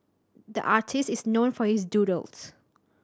the artist is known for his doodles